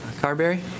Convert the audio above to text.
Carberry